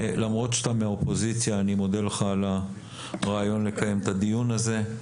למרות שאתה מהאופוזיציה אני מודה לך על הרעיון לקיים את הדיון הזה.